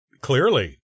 Clearly